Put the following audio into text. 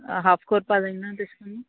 half कोरपा जायना तेश कोन्न